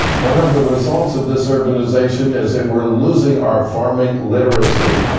one of the results of this urbanization is that we're losing our farming literacy.